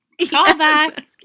Callback